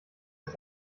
ist